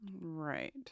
Right